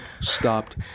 stopped